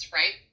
right